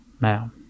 Now